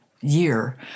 year